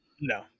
No